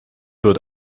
wird